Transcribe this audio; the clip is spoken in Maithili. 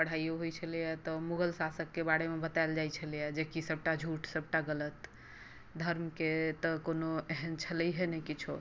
पढ़ाइयो होइ छलैया तऽ मुग़ल शासककेँ बारेमे बताएल जाइत छलैया जेकि सभटा झुठ सभटा गलत धर्मकेँ तऽ कोनो एहन छलैहे नहि किछो